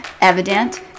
evident